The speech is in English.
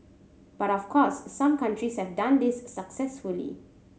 but of course some countries have done this successfully